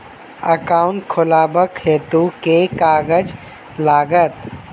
Account खोलाबक हेतु केँ कागज लागत?